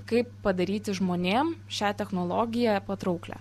kaip padaryti žmonėm šią technologiją patrauklią